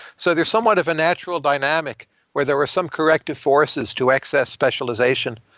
so there's somewhat of a natural dynamic where there were some corrective forces to access specialization,